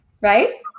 Right